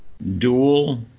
dual